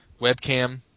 webcam